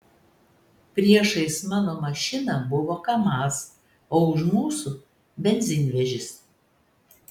priešais mano mašiną buvo kamaz o už mūsų benzinvežis